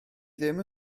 ddim